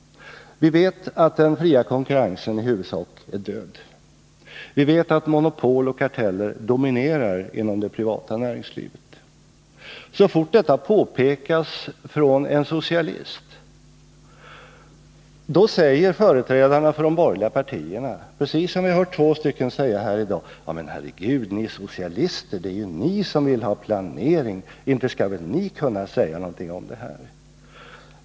Vi vet att den fria konkurrensen i huvudsak är död. Vi vet att monopol och karteller dominerar inom det privata näringslivet. Så fort detta påpekas av en socialist säger företrädare för de borgerliga partierna, precis som vi hört två sådana företrädare säga här i dag: Ja, men Herre Gud, ni är ju socialister! Det är ju ni som vill ha planering. Inte kan väl ni säga någonting om det här!